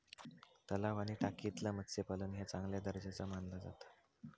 तलाव आणि टाकयेतला मत्स्यपालन ह्या चांगल्या दर्जाचा मानला जाता